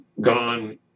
gone